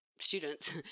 students